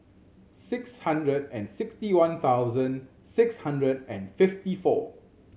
six hundred and sixty one thousand six hundred and fifty four